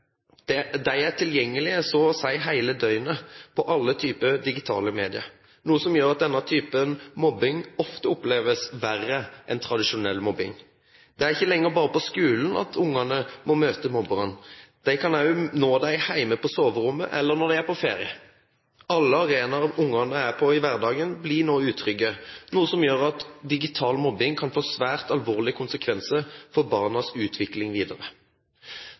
De er tilgjengelige så å si hele døgnet på alle typer digitale medier, noe som gjør at denne typen mobbing ofte oppleves verre enn tradisjonell mobbing. Det er ikke lenger bare på skolen barna må møte mobberne, mobberne kan også nå dem hjemme på soverommet eller når de er på ferie. Alle arenaer barna er på i hverdagen, blir nå utrygge, noe som gjør at digital mobbing kan få svært alvorlige konsekvenser for barnas utvikling videre.